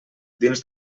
dins